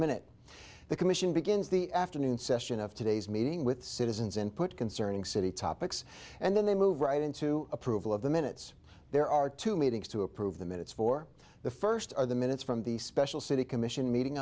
minute the commission begins the afternoon session of today's meeting with citizens input concerning city topics and then they move right into approval of the minutes there are two meetings to approve the minutes for the first or the minutes from the special city commission meeting